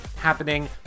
happening